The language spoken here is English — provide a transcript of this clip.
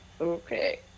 okay